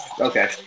Okay